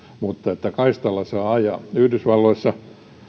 mutta että kaistalla saa ajaa yhdysvalloissa